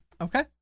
Okay